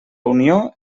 unió